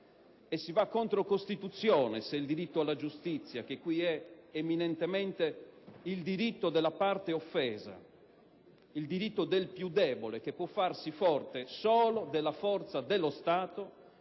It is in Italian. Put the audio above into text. e si va contro Costituzione se il diritto alla giustizia, che qui è eminentemente il diritto della parte offesa, il diritto del più debole che può farsi forte solo della forza dello Stato,